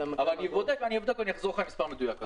אבל אבדוק ואחזור אליך עם מספר מדויק.